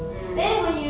mm